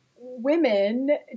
women